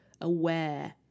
aware